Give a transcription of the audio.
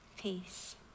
peace